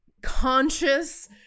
conscious